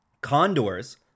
Condors